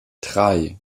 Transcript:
drei